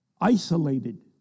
isolated